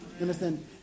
understand